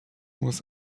was